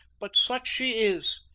but such she is.